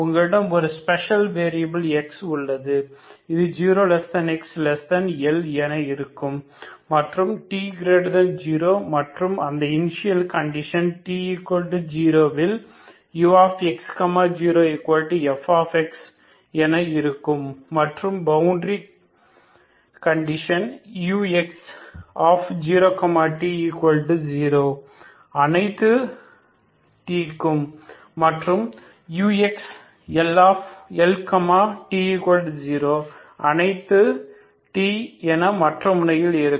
உங்களிடம் ஒரு special variable x உள்ளது அது 0xL என இருக்கும் மற்றும் t0 மற்றும் அந்த இனிஷியல் கண்டிஷன் t0 இல் ux0f என இருக்கும் மற்றும் பவுண்டரி கண்டிஷன் ux0t0 அனைத்து ∀t மற்றும் uxLt0 அனைத்து ∀t என மற்ற முனையில் இருக்கும்